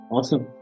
Awesome